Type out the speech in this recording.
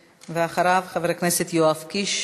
ואחריו, חבר הכנסת יואב קיש,